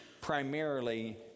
primarily